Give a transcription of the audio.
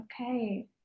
okay